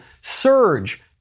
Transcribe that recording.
surge